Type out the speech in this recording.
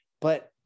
But-